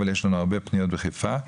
אבל יש לנו הרבה פניות שם.